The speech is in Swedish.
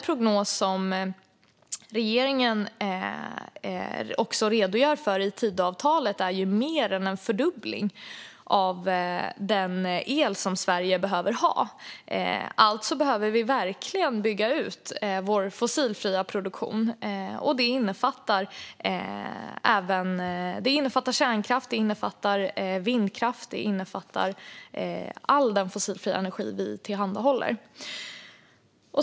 Prognosen som regeringen redogör för i Tidöavtalet är mer än en fördubbling av den el som Sverige behöver ha. Alltså behöver vi verkligen bygga ut vår fossilfria produktion. Den innefattar kärnkraft, och den innefattar vindkraft. Den innefattar all den fossilfria energi vi tillhandahåller.